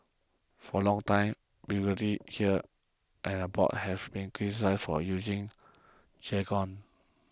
for a long time here and abroad have been criticised for using jargon